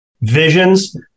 visions